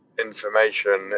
information